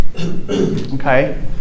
Okay